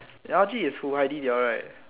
your L_G is who Heidi they all right